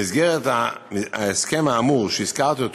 במסגרת ההסכם האמור, שהזכרתי,